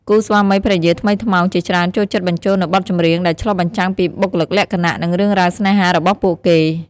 គូស្វាមីភរិយាថ្មីថ្មោងជាច្រើនចូលចិត្តបញ្ចូលនូវបទចម្រៀងដែលឆ្លុះបញ្ចាំងពីបុគ្គលិកលក្ខណៈ និងរឿងរ៉ាវស្នេហារបស់ពួកគេ។